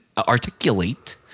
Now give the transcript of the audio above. Articulate